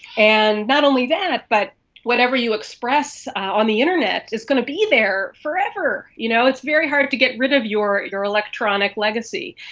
and not only that, but whatever you express on the internet is going to be there forever. you know it's very hard to get rid of your your electronic legacy.